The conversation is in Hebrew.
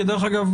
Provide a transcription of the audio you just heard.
דרך אגב,